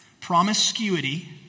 promiscuity